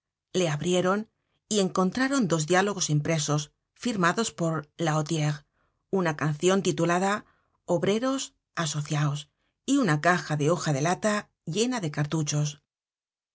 le abrieron y encontraron dos diálogos impresos firmados por lahautiere una cancion titulada obreros asociaos y una caja de hoja de lata llena de cartuchos un